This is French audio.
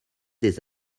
des